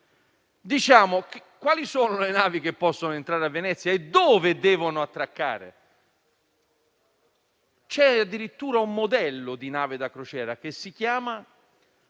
Aule. Quali sono le navi che possono entrare a Venezia e dove devono attraccare? C'è addirittura un modello di nave da crociera che si chiama